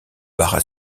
barres